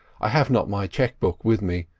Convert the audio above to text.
i have not my cheque book with me,